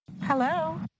Hello